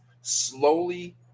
slowly